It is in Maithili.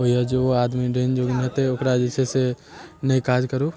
होइए जे ओ आदमी डायन जोगिन हेतै ओकरा जैसे नहि काज करू